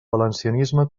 valencianisme